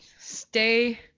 Stay